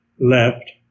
left